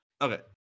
Okay